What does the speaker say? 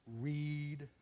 read